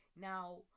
Now